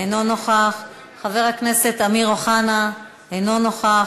אינו נוכח, חבר הכנסת אמיר אוחנה, אינו נוכח,